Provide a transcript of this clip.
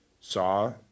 saw